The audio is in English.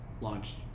launched